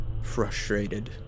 frustrated